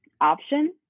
option